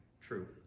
true